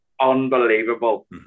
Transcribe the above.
unbelievable